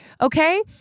okay